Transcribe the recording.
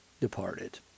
departed